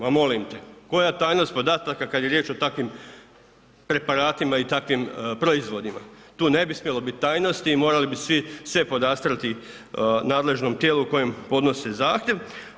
Ma molim te, koja tajnost podataka kad je riječ o takvim preparatima i takvim proizvodima, tu ne bi smjelo biti tajnosti i morali bi sve podastrti nadležnom tijelu kojem podnose zahtjev.